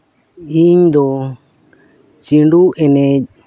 ᱤᱧ ᱫᱚ ᱪᱷᱤᱸᱰᱩ ᱮᱱᱮᱡ